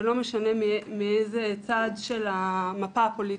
ולא משנה מאיזה צד של המפה הפוליטית,